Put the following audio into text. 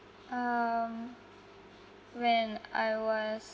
when I was